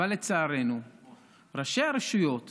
ראשי הרשויות